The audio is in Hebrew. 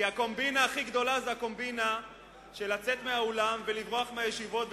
כי הקומבינה הכי גדולה זה לצאת מהאולם ולברוח מהישיבות,